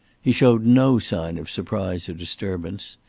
he showed no sign of surprise or disturbance.